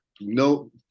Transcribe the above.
no